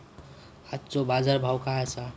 आजचो बाजार भाव काय आसा?